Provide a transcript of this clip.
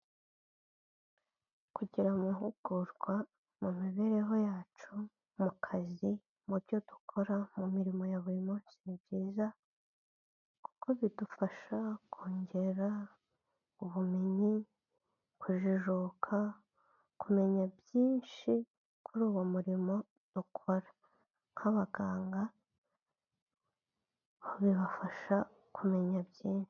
Kugira amahugurwa mu mibereho yacu, mu kazi, mu byo dukora, mu mirimo ya buri munsi ni byiza kuko bidufasha kongera ubumenyi, kujijuka, kumenya byinshi kuri uwo murimo dukora nk'abaganga bibafasha kumenya byinshi.